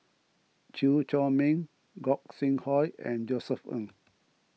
Chew Chor Meng Gog Sing Hooi and Josef Ng